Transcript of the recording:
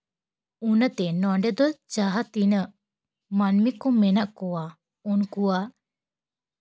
ᱤᱱᱟᱹᱛᱮ ᱱᱚᱰᱮ ᱫᱚ ᱡᱟᱦᱟᱸ ᱛᱤᱱᱟᱹᱜ ᱢᱟᱹᱱᱢᱤ ᱠᱚ ᱢᱮᱱᱟᱜ ᱠᱚᱣᱟ ᱩᱱᱠᱩᱣᱟᱜ